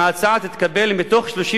אם ההצעה תתקבל, מתוך 365